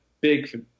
big